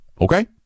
Okay